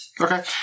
Okay